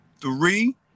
three